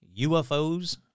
UFOs